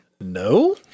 no